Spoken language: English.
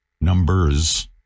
numbers